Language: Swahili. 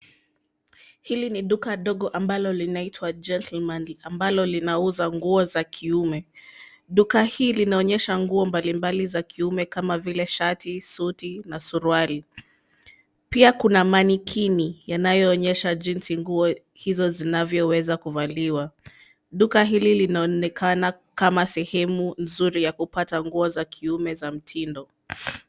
Hili ni duka dogo ambalo linaitwa Gentleman, ambalo linauza nguo za kiume. Duka hii linaonyesha nguo mbalimbali za kiume kama vile shati, suti na suruali. Pia kuna manikini yanayoonyesha jinsi nguo hizo zinavyoweza kuvaliwa. Duka hili linaonekana kama sehemu nzuri ya kupata nguo za kiume za mtindo.